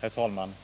Herr talman!